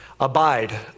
Abide